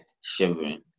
shivering